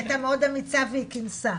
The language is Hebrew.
והיא הייתה מאוד אמיצה והיא כינסה.